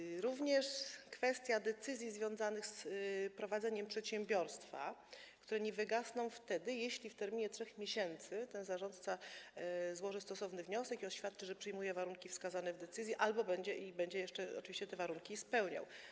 Chodzi tu również o kwestię decyzji związanych z prowadzeniem przedsiębiorstwa, które nie wygasną, jeśli w terminie 3 miesięcy ten zarządca złoży stosowny wniosek i oświadczy, że przyjmuje warunki wskazane w decyzji i będzie jeszcze oczywiście te warunki spełniał.